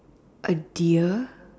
a deer